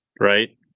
right